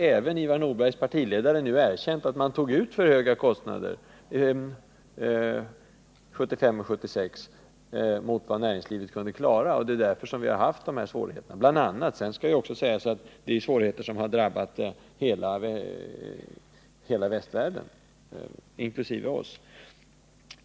Även Ivar Nordbergs partiledare harju nu erkänt att man tog ut högre kostnader 1975 och 1976 än näringslivet kunde klara, och det är bl.a. därför vi har dessa svårigheter. Sedan skall ju också sägas att detta är svårigheter som har drabbat hela västvärlden och inte bara Sverige.